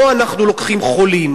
פה אנחנו לוקחים חולים,